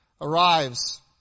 arrives